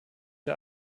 der